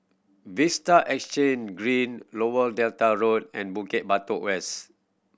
Vista Exhange Green Lower Delta Road and Bukit Batok West